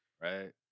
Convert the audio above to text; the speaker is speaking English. Right